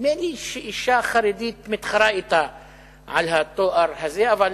נדמה לי שאשה חרדית מתחרה אתה על התואר הזה, אבל